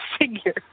figure